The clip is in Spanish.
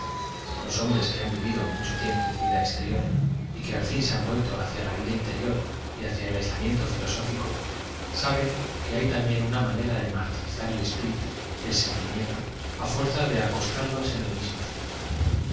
los hombres que han vivid o mucho tiempo vid a exterior y que al fin se haa vuelto hacía la vida interior y hacia el aislamiento filosófico saben que b j u hay también una manera de m artirizar el espíritu y e l sentimiento á fuerza de acostarlos en el mismo círculo